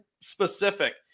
specific